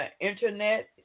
internet